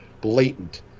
blatant